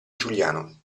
giuliano